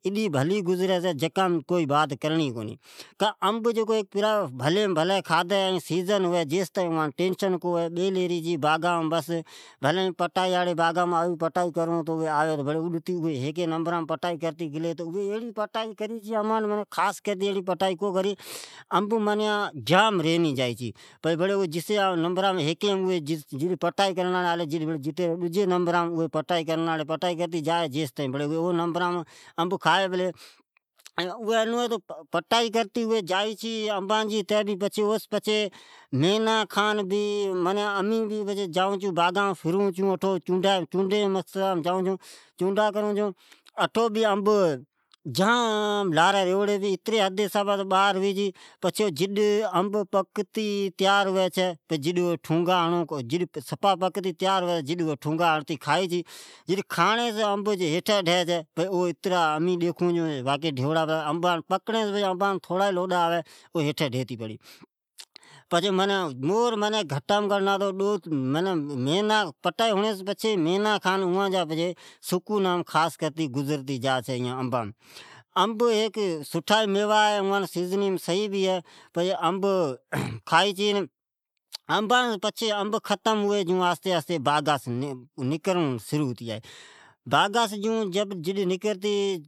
اڈی بھلی گزری چھے کا تو انب جی موسم انب ڈاڈہے بھلی کھاڑیم ھے ۔بیلے ری پٹائیڑی آوی چھی تو اوی اڈتے جائی ، پر پٹائی بھے ایڑی سٹھے کو کرھی چھے ،انب معنی جام رینی جایئ چھے۔ جڈ اوی ھیکی نبرامین پٹائی کری چھے تو اوی ڈجی نبرامین جاھی چھے۔ پچھے جڈ پٹائی پوری ھتے جا چھے تو پچگی امین بھی جائین چھون انبان جا چونڈا کرون لائین چھون ۔ جام انب ھوی چھے پچھی جڈ انب پکتے تیار ھوی چھے پچھے اوی ٹھونگا ھڑتے چھوڑ ڈئی چھے ۔ کجھ کھئی این پچھے نیچا ڈی چھے کو تو پکڑی سی پچھے انب ڈینی پڑی چھے ۔ ہھی امین ڈیکھوی چھون ۔ مورا لی انب سٹھے ھی انب ختم ھوڑیس پچھے مھینا کھن اوان جا گزر سفر سٹھا ھلنی جا چھے